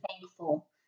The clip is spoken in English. thankful